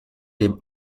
dem